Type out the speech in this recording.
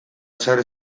sare